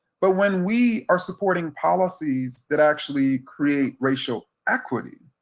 but when we are supporting policies that actually create racial equity,